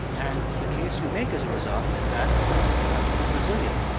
and the case you make as a result is that the country is resilient.